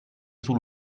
sul